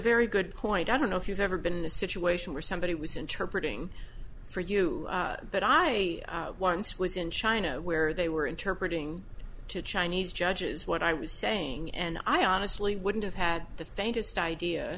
very good point i don't know if you've ever been in a situation where somebody was interpreter for you but i once was in china where they were interpret ing to chinese judges what i was saying and i honestly wouldn't have had the faintest idea